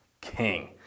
king